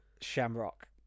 Shamrock